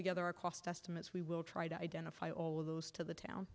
together our cost estimates we will try to identify all of those to the